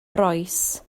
rois